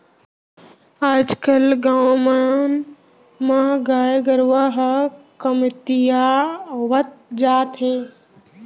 आज कल गाँव मन म गाय गरूवा ह कमतियावत जात हे